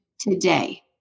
today